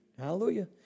Hallelujah